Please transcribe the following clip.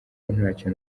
ntacyo